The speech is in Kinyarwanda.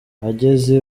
ageze